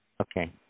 Okay